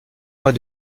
mois